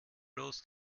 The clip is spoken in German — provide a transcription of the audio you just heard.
bloß